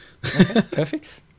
Perfect